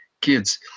Kids